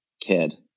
kid